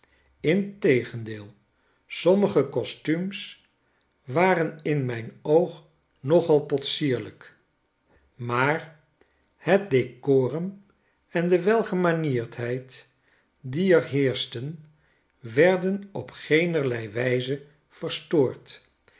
integendeel sommige kostumes waren in mijn oog nogal potsierlijk maar het decorum en de welgemanierdheid die er heerschten werden op geenerlei wijze verstoord